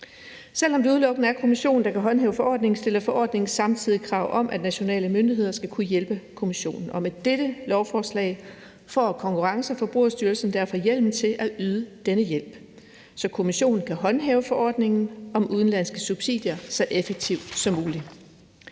Selv om det udelukkende er Kommissionen, der kan håndhæve forordningen, stiller forordningen samtidig krav om, at nationale myndigheder skal kunne hjælpe Kommissionen, og med dette lovforslag får Konkurrence- og Forbrugerstyrelsen derfor hjemmel til at yde denne hjælp, så Kommissionen kan håndhæve forordningen om udenlandske subsidier så effektivt som muligt,